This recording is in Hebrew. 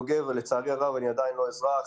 לצערי הרב אני עדיין לא אזרח,